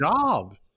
job